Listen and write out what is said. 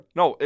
no